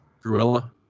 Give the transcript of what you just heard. Gorilla